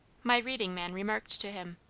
my reading man remarked to him